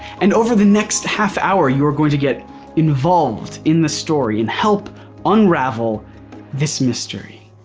and over the next half hour, you are going to get involved in the story and help unravel this mystery.